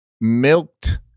milked